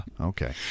Okay